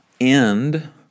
end